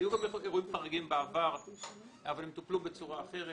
היו גם אירועים חריגים בעבר אבל הם טופלו בצורה אחרת.